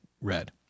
red